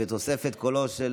התשפ"ג 2023,